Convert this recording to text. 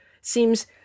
seems